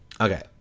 Okay